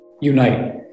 unite